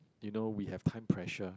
you know we have time pressure